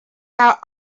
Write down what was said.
out